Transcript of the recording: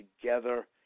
together